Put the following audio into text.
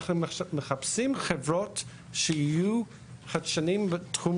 אנחנו מחפשים חברות שיהיו חדשניות בתחום